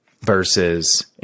Versus